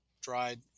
dried